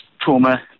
trauma